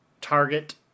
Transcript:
target